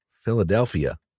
Philadelphia